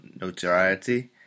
notoriety